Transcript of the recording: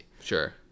Sure